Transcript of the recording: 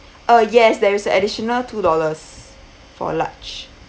uh yes there is additional two dollars for large